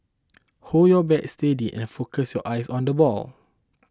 hold your bat steady and focus your eyes on the ball